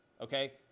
okay